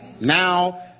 Now